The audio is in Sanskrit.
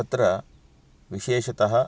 तत्र विशेषतः